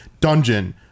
dungeon